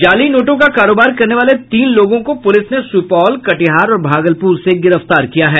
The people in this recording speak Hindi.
जाली नोटों का कारोबार करने वाले तीन लोगों को पुलिस ने सुपौल कटिहार और भागलपुर से गिरफ्तार किया है